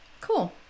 Cool